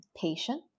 patient